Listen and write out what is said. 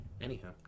anyhow